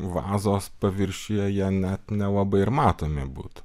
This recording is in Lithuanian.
vazos paviršiuje jie net nelabai ir matomi būtų